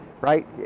right